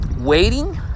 waiting